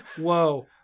whoa